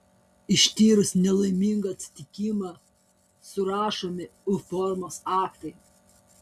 ištyrus nelaimingą atsitikimą surašomi u formos aktai